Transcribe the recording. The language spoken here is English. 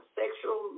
sexual